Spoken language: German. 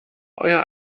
euer